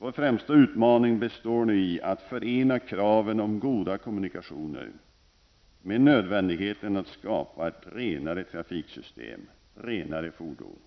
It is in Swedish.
Vår främsta utmaningen består i att förena kraven på goda kommunikationer med nödvändigheten att skapa ett renare trafiksystem med renare fordon.